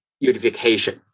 unification